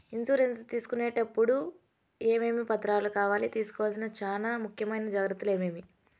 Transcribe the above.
Insurance తీసుకునేటప్పుడు టప్పుడు ఏమేమి పత్రాలు కావాలి? తీసుకోవాల్సిన చానా ముఖ్యమైన జాగ్రత్తలు ఏమేమి?